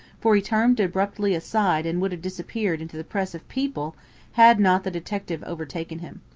for he turned abruptly aside and would have disappeared into the press of people had not the detective overtaken him.